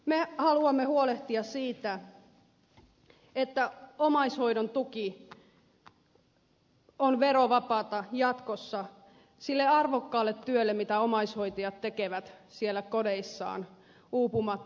me haluamme huolehtia siitä että jatkossa omaishoidon tuki on verovapaata sille arvokkaalle työlle mitä omaishoitajat tekevät siellä kodeissaan uupumatta